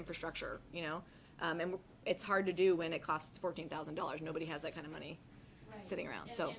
infrastructure you know it's hard to do when it cost fourteen thousand dollars nobody has that kind of money sitting around so